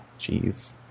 Jeez